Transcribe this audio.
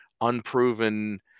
unproven